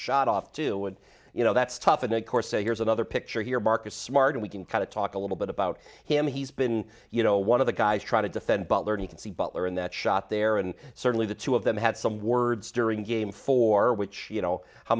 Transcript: shot off to what you know that's tough and make or say here's another picture here marcus smart and we can kind of talk a little bit about him he's been you know one of the guys trying to defend butler and you can see butler in that shot there and certainly the two of them had some words during game four which you know how